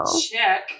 Check